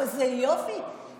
אז אני אומרת לך,